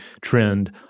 trend